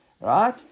Right